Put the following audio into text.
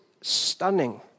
stunning